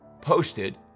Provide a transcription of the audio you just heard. posted